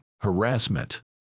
harassment